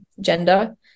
gender